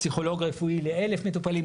פסיכולוג רפואי ל-1,000 מטופלים,